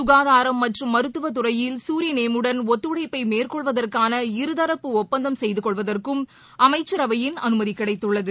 சுகாதாரம் மற்றும் மருத்துவத் துறையில் சூரிநேமுடன் ஒத்துழைப்பமேற்கொள்வதற்கான இரு தரப்பு ஒப்பந்தம் செய்துகொள்வதற்கும் அமைச்சரவையின் அனுமதிகிடடத்துள்ளது